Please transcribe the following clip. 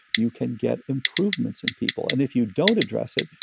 you can get improvements in people. and if you don't address it,